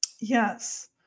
Yes